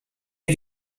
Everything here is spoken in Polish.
lub